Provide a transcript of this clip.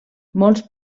molts